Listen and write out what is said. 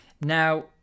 Now